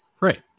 right